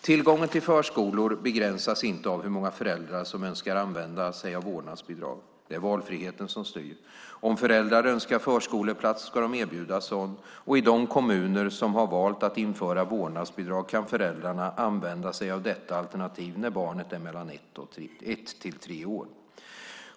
Tillgången till förskolor begränsas inte av hur många föräldrar som önskar använda sig av vårdnadsbidrag. Det är valfriheten som styr. Om föräldrar önskar förskoleplats ska de erbjudas sådan. Och i de kommuner som har valt att införa vårdnadsbidrag kan föräldrarna använda sig av detta alternativ när barnet är mellan ett och tre år.